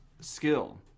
skill